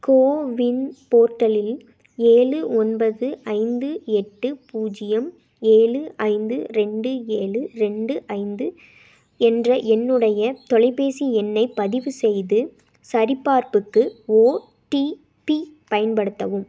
CoWIN போர்ட்டலில் ஏழு ஒன்பது ஐந்து எட்டு பூஜ்யம் ஏழு ஐந்து ரெண்டு ஏழு ரெண்டு ஐந்து என்ற என்னுடைய தொலைபேசி எண்ணைப் பதிவு செய்து சரிபார்ப்புக்கு ஓடிபி பயன்படுத்தவும்